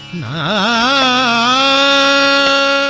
aa